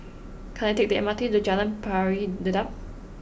can I take the M R T to Jalan Pari Dedap